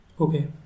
Okay